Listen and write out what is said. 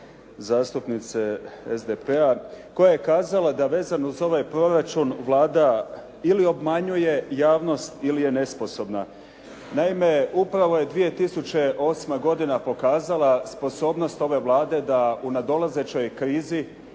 zastupnice SDP-a koja je kazala da vezano uz ovaj proračun Vlada ili obmanjuje javnost ili je nesposobna. Naime, upravo je 2008. godina pokazala sposobnost ove Vlade da u nadolazećoj krizi